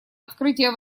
открытия